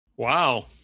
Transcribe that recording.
Wow